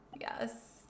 Yes